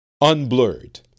unblurred